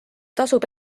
tasub